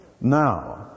now